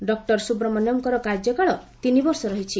ଡଃ ସ୍ତବ୍ମଣ୍ୟମ୍ଙ୍କର କାର୍ଯ୍ୟକାଳ ତିନିବର୍ଷ ରହିଛି